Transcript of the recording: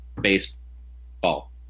baseball